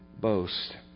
boast